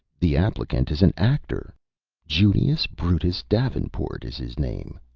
the applicant is an actor junius brutus davenport is his name.